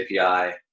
API